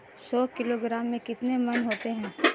सौ किलोग्राम में कितने मण होते हैं?